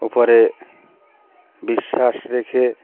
উপরে বিশ্বাস রেখে